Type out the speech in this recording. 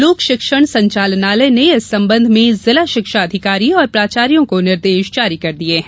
लोक शिक्षण संचालनालय ने इस संबंध में जिला शिक्षा अधिकारी और प्राचार्यों को निर्देश जारी कर दिये हैं